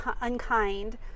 unkind